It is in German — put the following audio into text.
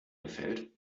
gefällt